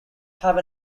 have